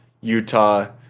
Utah